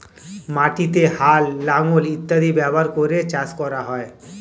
মাটিতে হাল, লাঙল ইত্যাদি ব্যবহার করে চাষ করা হয়